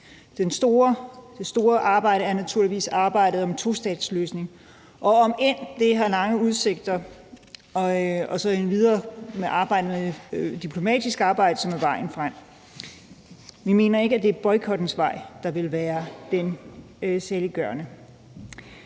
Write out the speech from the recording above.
Den store opgave er naturligvis arbejdet om en tostatsløsning, om end det har lange udsigter, og endvidere det diplomatiske arbejde, som er vejen frem. Vi mener ikke, at det er boykottens vej, der vil være saliggørende.